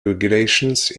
regulations